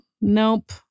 nope